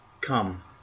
come